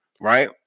Right